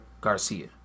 Garcia